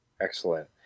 excellent